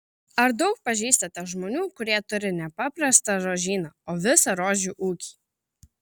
ar daug pažįstate žmonių kurie turi ne paprastą rožyną o visą rožių ūkį